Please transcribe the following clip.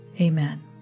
Amen